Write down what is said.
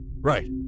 Right